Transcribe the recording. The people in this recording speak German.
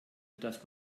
dass